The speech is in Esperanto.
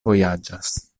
vojaĝas